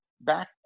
back